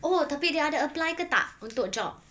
oh tapi dia ada apply ke tak untuk job